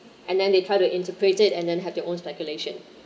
and then they try to interpret it and then have their own speculation